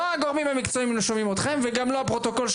לא החברים שומעים אותכם ולא הפרוטוקול,